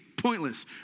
pointless